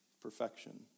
Perfection